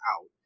out